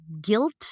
guilt